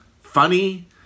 funny